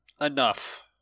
enough